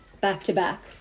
back-to-back